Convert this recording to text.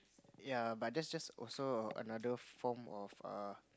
yea but that just also another form of a